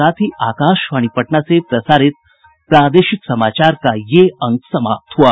इसके साथ ही आकाशवाणी पटना से प्रसारित प्रादेशिक समाचार का ये अंक समाप्त हुआ